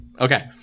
Okay